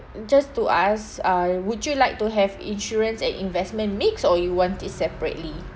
just to ask uh would you like to have insurance and investment mixed or you want it separately